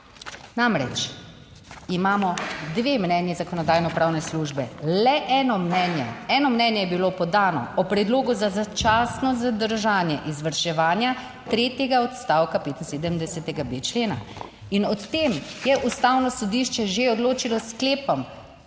namreč, imamo dve mnenji Zakonodajno-pravne službe, le eno mnenje, eno mnenje je bilo podano o predlogu za začasno zadržanje izvrševanja tretjega odstavka 75.b člena. In o tem je Ustavno sodišče že odločilo s sklepom